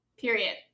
period